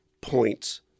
points